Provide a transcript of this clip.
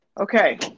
Okay